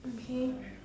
okay